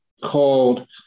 called